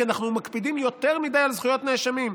כי אנחנו מקפידים יותר מדי על זכויות נאשמים.